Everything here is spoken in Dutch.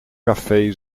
café